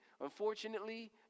unfortunately